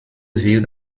wird